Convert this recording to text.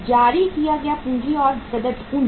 जारी किया गया पूंजी और प्रदत्त पूंजी